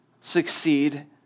succeed